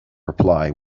reply